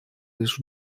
лишь